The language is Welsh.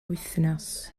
wythnos